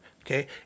okay